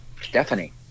Stephanie